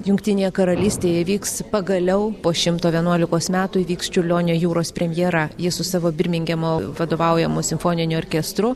jungtinėje karalystėje vyks pagaliau po šimto vienuolikos metų įvyks čiurlionio jūros premjera ji su savo birmingemo vadovaujamu simfoniniu orkestru